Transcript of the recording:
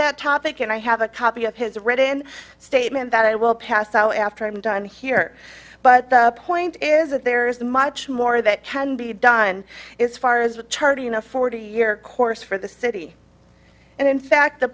that topic and i have a copy of his read in statement that i will pass so after i'm done here but the point is that there is a much more that can be done is far as with charting a forty year course for the city and in fact the